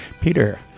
Peter